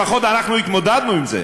לפחות אנחנו התמודדנו עם זה,